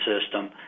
system